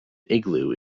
igloo